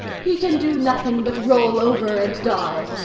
he can do nothing but roll over and die.